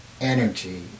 energy